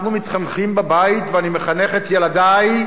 אנחנו מתחנכים בבית, ואני מחנך את ילדי,